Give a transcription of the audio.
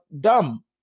dumb